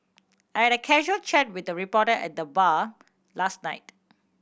I had a casual chat with a reporter at the bar last night